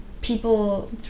people